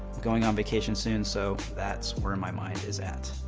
going on vacation soon, so that's where and my mind is at.